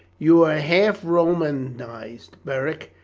you are half romanized, beric,